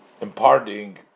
imparting